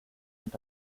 and